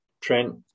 Trent